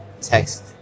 text